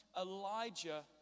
Elijah